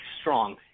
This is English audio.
strong